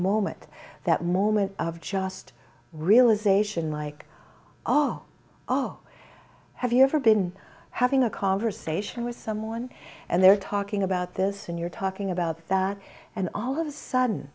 or met that moment of just realization like oh oh have you ever been having a conversation with someone and they're talking about this and you're talking about that and all of a sudden